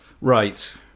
Right